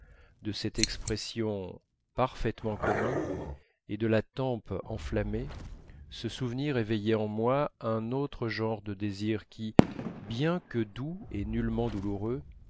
de cette expression parfaitement commune et de la tempe enflammée ce souvenir éveillait en moi un autre genre de désir qui bien que doux et nullement douloureux